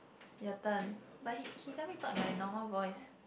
your turn but he he tell talk in my normal voice